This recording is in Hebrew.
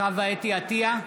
חוה אתי עטייה,